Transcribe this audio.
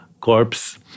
corpse